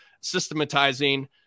systematizing